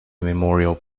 memorial